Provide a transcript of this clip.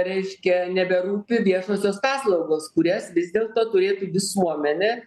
reiškia neberūpi viešosios paslaugos kurias vis dėlto turėtų visuomenė